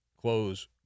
close